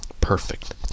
perfect